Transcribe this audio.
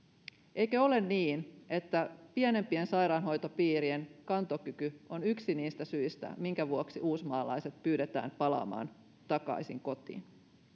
eikö ole niin että pienempien sairaanhoitopiirien kantokyky on yksi niistä syistä minkä vuoksi uusmaalaiset pyydetään palaamaan takaisin kotiin